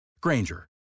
Granger